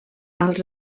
als